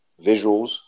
visuals